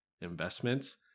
investments